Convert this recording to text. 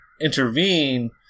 intervene